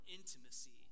intimacy